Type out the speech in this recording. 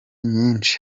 nyinshi